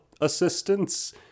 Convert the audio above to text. assistance